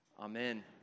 Amen